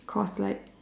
cause like